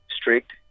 strict